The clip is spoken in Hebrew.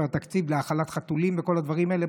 התקציב: להאכלת חתולים וכל הדברים האלה.